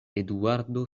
eduardo